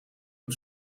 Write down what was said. hem